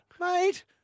Mate